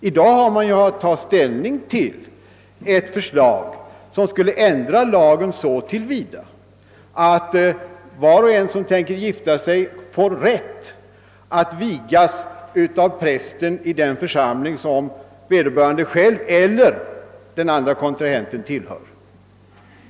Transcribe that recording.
I dag har vi att ta ställning till ett förslag, som skule ändra lagen så till vida att var och 2n som tänker gifta sig får rätt att vigas av prästen i den församling som vederbörande själv eller den andra kontrahenten tillhör.